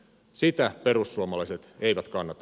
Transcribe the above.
sitä perussuomalaiset eivät kannata